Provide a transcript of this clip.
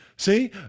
See